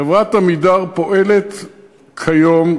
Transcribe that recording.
3. חברת "עמידר" פועלת כיום,